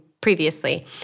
previously